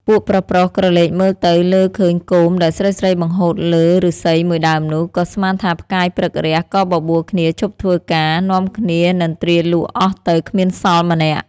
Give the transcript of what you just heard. ពួកប្រុសៗក្រឡកមើលទៅលើឃើញគោមដែលស្រីៗបង្ហូតលើឬស្សីមួយដើមនោះ ក៏ស្មានថាផ្កាយព្រឹករះក៏បបួលគ្នាឈប់ធ្វើការ នាំគ្នានិន្រ្ទាលក់អស់ទៅគ្មានសល់ម្នាក់។